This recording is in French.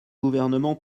gouvernement